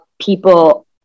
people